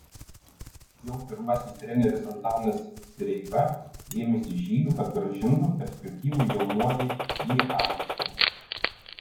jo pirmasis treneris antanas sireika ėmėsi žygių kad grąžintų perspektyvų jaunuolį į aikštę